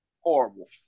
Horrible